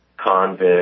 convict